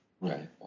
Right